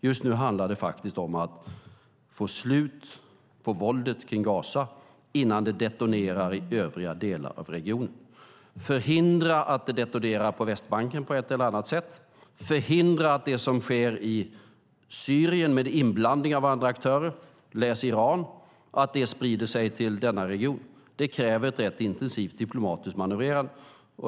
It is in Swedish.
Just nu handlar det om att få slut på våldet kring Gaza innan det detonerar i övriga delar av regionen. Att förhindra att det detonerar på Västbanken på ett eller annat sätt, förhindra att det som sker i Syrien med inblandning av andra aktörer, läs Iran, sprider sig till denna region, kräver ett rätt intensivt diplomatiskt manövrerande.